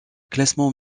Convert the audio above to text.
classements